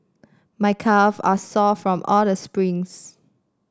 my calve are sore from all the sprints